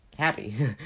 happy